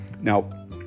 Now